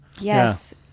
Yes